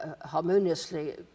harmoniously